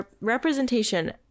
representation